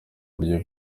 buryo